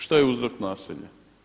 Šta je uzrok nasilja?